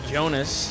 Jonas